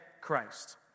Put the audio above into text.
Christ